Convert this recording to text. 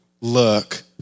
look